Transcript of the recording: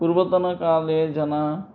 पूर्वतनकाले जनाः